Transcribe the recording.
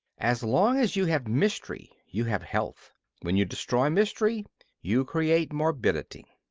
as long as you have mystery you have health when you destroy mystery you create morbidity.